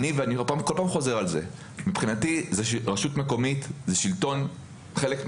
ואני כל פעם חוזר על זה ואומר שרשות מקומית היא חלק ממוסדות